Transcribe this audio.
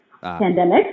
pandemic